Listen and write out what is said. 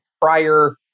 Prior